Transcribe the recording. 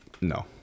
no